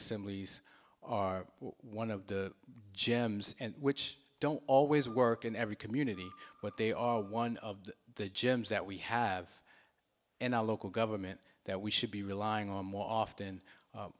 assemblies are one of the gems which don't always work in every community but they are one of the gems that we have in our local government that we should be relying on more often